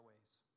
ways